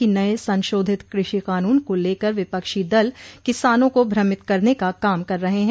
कि नये संशोधित कृषि कानून को लेकर विपक्षी दल किसानों को भ्रमित करने का काम कर रहे हैं